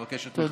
אבקש את תמיכתכם.